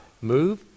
move